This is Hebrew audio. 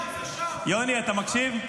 --- יוני, אתה מקשיב?